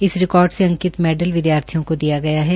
इस रिकॉर्ड से अंकित मैडल विदयार्थियों को दिया गया है